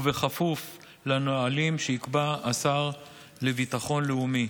ובכפוף לנהלים שיקבע השר לביטחון לאומי.